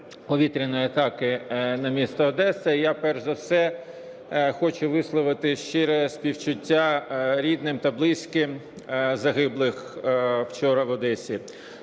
повітряної атаки на місто Одеса. І я перш за все хочу висловити щирі співчуття рідним та близьким загиблих вчора в Одесі.